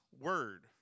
Word